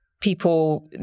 people